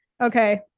okay